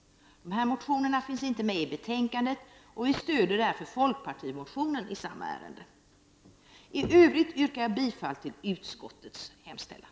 Dessa motioner behandlas inte i detta betänkande, varför vi stödjer fp-motionen i samma ärende. I övrigt yrkar jag bifall till utskottets hemställan.